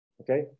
okay